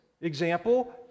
example